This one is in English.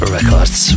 Records